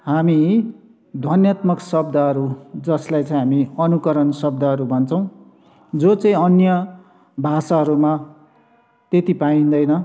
हामी ध्वन्यात्मक शब्दहरू जसलाई चाहिँ हामी अनुकरण शब्दहरू भन्छौँ जो चाहिँ अन्य भाषाहरूमा त्यति पाइँदैन